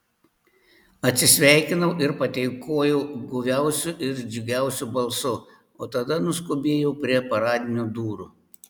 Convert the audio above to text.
atsisveikinau ir padėkojau guviausiu ir džiugiausiu balsu o tada nuskubėjau prie paradinių durų